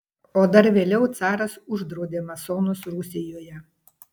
o dar vėliau caras uždraudė masonus rusijoje